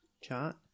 chart